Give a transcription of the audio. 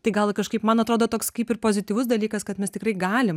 tai gal kažkaip man atrodo toks kaip ir pozityvus dalykas kad mes tikrai galim